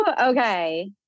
Okay